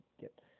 get